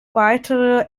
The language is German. weitere